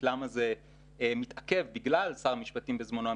למה זה מתעכב בגלל שר המשפטים בזמנו,